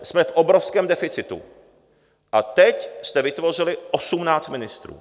Jsme v obrovském deficitu a teď jste vytvořili osmnáct ministrů.